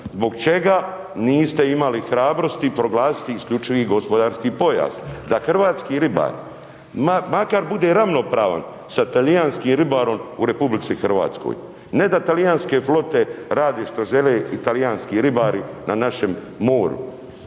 Zbog čega niste imali hrabrosti proglasiti isključivi gospodarski pojas, da hrvatski ribar makar bude ravnopravan sa talijanskim ribarom u RH. Ne da talijanske flote rade što žele i talijanski ribari na našem moru.